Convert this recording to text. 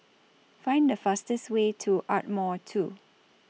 Find The fastest Way to Ardmore two